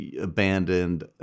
abandoned